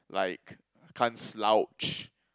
like can't slouch